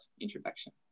introduction